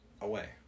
away